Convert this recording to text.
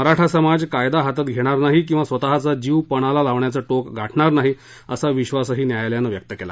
मराठा समाज कायदा हातात घेणार नाही किंवा स्वतःचा जीव पणाला लावण्याचं टोक गाठणार नाही असा विद्वास न्यायालयानं व्यक्त केला